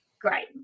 great